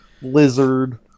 Lizard